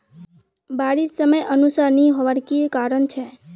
बारिश समयानुसार नी होबार की कारण छे?